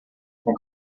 com